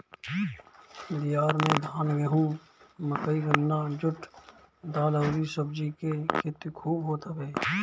बिहार में धान, गेंहू, मकई, गन्ना, जुट, दाल अउरी सब्जी के खेती खूब होत हवे